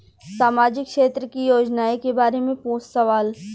सामाजिक क्षेत्र की योजनाए के बारे में पूछ सवाल?